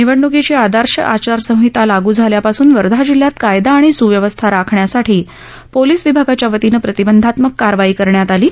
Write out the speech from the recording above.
निवडणूकीची आदर्श आचार संहिता लागू झाल्यापासून वर्धा जिल्ह्यात कायदा आणि सुव्यवस्था राखण्यासाठी पोलिस विभागाच्यावतीनं प्रतिबंधात्मक कारवाई करण्यात आली आहे